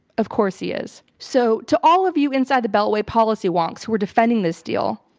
of course he is. so to all of you inside the beltway policy wonks who are defending this deal,